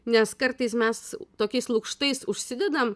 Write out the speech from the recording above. nes kartais mes tokiais lukštais užsidedam